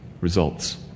results